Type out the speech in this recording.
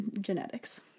genetics